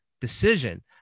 Decision